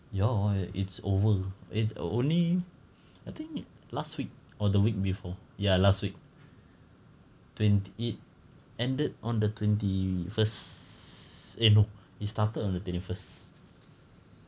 ya it's over it's only I think last week or the week before ya last week twenty it ended on the twenty first eh no it started on the twenty first